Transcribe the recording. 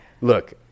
look